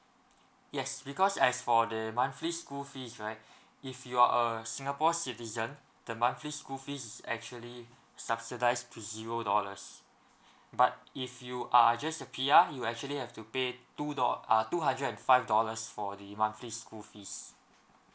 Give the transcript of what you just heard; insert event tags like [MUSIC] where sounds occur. yes because as for the monthly school fees right [BREATH] if you're a singapore citizen the monthly school fee is actually subsidized to zero dollars [BREATH] but if you are just a P_R you actually have to pay two dol~ uh two hundred and five dollars for the monthly school fees